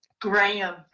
Graham